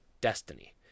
Destiny